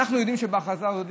אנחנו יודעים שבהכרזה הזאת,